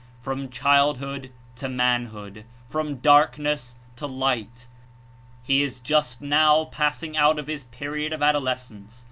from childhood to manhood, from darkness to light he is just now passing out of his period of adolescense,